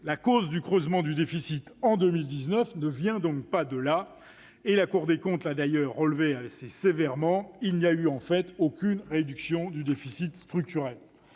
La cause du creusement du déficit en 2019 ne vient donc pas de là. Et la Cour des comptes l'a d'ailleurs relevé assez sévèrement : il n'y a eu en fait aucune réduction du déficit structurel.